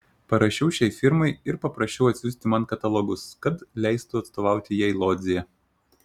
parašiau šiai firmai ir paprašiau atsiųsti man katalogus kad leistų atstovauti jai lodzėje